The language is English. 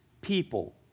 people